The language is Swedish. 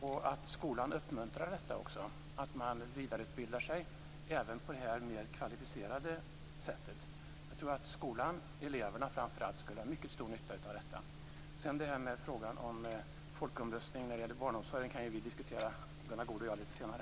Skolan borde uppmuntra att man vidareutbildar sig även på detta mer kvalificerade sätt. Jag tror att skolan och framför allt eleverna skulle ha mycket stor nytta av detta. Gunnar Goude och jag kanske diskutera lite senare.